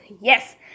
Yes